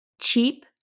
Cheap